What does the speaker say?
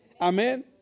Amen